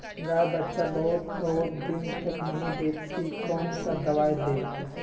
गाय बच्चा बहुत बहुत दिन तक नहीं देती कौन सा दवा दे?